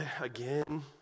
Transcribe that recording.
again